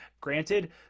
Granted